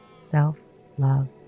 self-love